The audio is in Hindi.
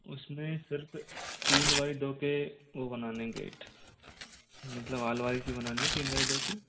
उसमें सिर्फ तीन बाय दो के वो बनाने है गेट मतलब आलमारी सी बनानी हैं तीन बाय दो कि